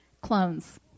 Clones